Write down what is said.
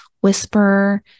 whisper